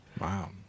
Wow